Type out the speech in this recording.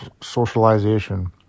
socialization